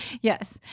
Yes